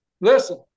Listen